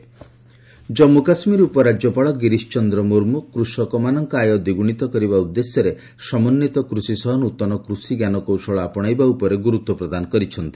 JK farmer income Jammu Kashmir ଉପରାଜ୍ୟପାଳ ଗିରିଶଚନ୍ଦ୍ର ମୂର୍ମୁ କୃଷକମାନଙ୍କ ଆୟ ଦ୍ୱିଗୁଶିତ କରିବା ଉଦ୍ଦେଶ୍ୟରେ ସମନ୍ୱିତ କୃଷି ସହ ନୂତନ କୃଷି ଞ୍ଜାନକୌଶଳ ଆପଶେଇବା ଉପରେ ଗୁରୁତ୍ୱ ପ୍ରଦାନ କରିଛନ୍ତି